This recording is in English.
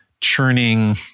churning